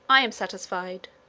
i am satisfied.